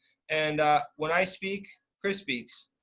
and when i speak, chris speaks.